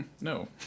No